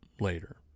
later